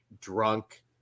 drunk